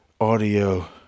audio